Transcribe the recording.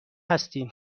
هستین